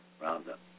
Roundup